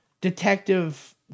detective